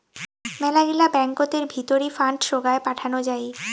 মেলাগিলা ব্যাঙ্কতের ভিতরি ফান্ড সোগায় পাঠানো যাই